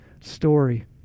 story